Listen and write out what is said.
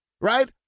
right